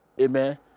Amen